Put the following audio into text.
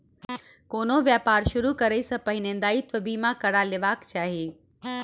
कोनो व्यापार शुरू करै सॅ पहिने दायित्व बीमा करा लेबाक चाही